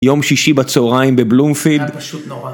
יום שישי בצהריים בבלומפילד. היה פשוט נורא.